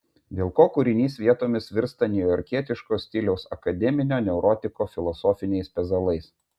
dėl ko kūrinys vietomis virsta niujorkietiško stiliaus akademinio neurotiko filosofiniais pezalais